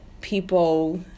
people